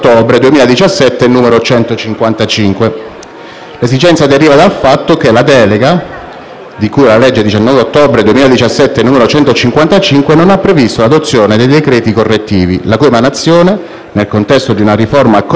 L'esigenza deriva dal fatto che la delega, di cui alla legge 19 ottobre 2017, n. 155, non ha previsto l'adozione dei decreti correttivi, la cui emanazione, nel contesto di una riforma complessiva della disciplina dell'insolvenza e della crisi di impresa,